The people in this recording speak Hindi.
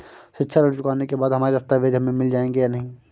शिक्षा ऋण चुकाने के बाद हमारे दस्तावेज हमें मिल जाएंगे या नहीं?